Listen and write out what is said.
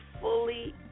fully